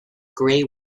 grey